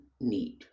need